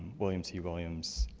william t. williams,